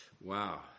Wow